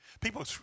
People